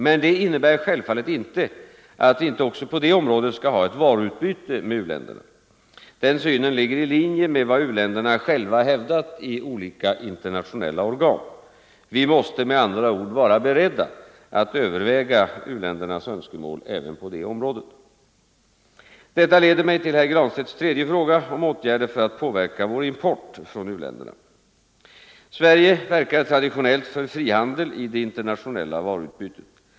Men det innebär självfallet inte att vi inte också på detta område skall ha ett varuutbyte med u-länderna. Denna syn ligger i linje med vad u-länderna själva hävdat i olika internationella organ. Vi måste med andra ord vara beredda att överväga u-ländernas önskemål även på detta område. Detta leder mig till herr Granstedts tredje fråga om åtgärder för att påverka vår import från u-länderna. Sverige verkar traditionellt för frihandel i det internationella varuutbytet.